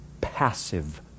passive